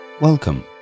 Welcome